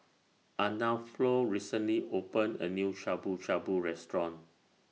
Arnulfo recently opened A New Shabu Shabu Restaurant